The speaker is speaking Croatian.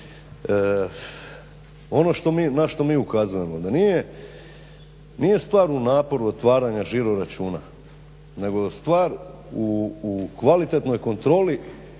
Ono na što mi ukazujemo, da nije stvar u naporu otvaranja žiroračuna nego da stvar u kvalitetnoj kontroli